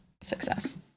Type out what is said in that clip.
success